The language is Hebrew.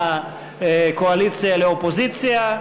בין הקואליציה לאופוזיציה.